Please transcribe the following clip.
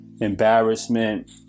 embarrassment